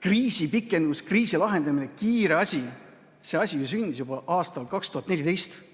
kriisi pikendus, kriisi lahendamine, kiire asi. See asi sündis juba aastal 2014.